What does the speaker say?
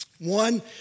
One